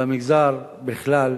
במגזר בכלל